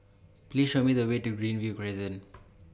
Please Show Me The Way to Greenview Crescent